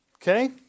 Okay